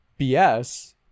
BS